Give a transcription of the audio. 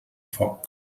foc